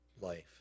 life